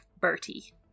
Bertie